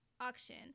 auction